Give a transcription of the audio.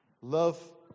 love